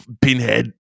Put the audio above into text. pinhead